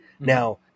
Now